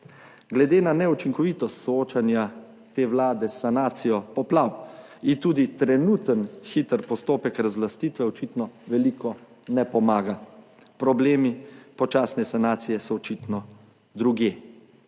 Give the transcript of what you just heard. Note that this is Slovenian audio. glede na neučinkovitost soočanja te Vlade s sanacijo poplav ji tudi trenuten hiter postopek razlastitve očitno veliko ne pomaga. Problemi počasne sanacije so očitno drugje.